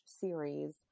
series